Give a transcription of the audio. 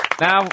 Now